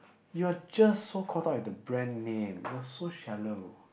you are just so caught up with the brand name you are so shallow